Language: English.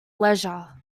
leisure